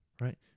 Right